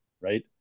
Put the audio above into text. right